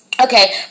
Okay